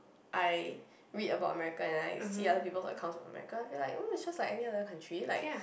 I read about America and I see other people's account of America I feel like oh it's just like any other country like